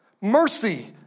mercy